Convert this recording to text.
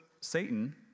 Satan